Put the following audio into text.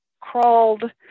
crawled